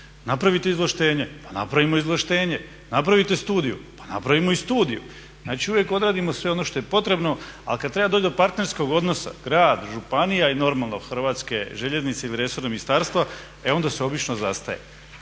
napravite izvlaštenje. Pa napravimo i izvlaštenje, napravite studiju, pa napravimo i studiju. Znači uvijek odradimo sve ono što je potrebno, ali kad treba doći do partnerskog odnosa grad, županija i normalno Hrvatske željeznice ili resorna ministarstva e onda se obično zastaje.